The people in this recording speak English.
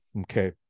okay